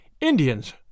Indians